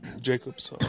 Jacobs